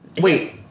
Wait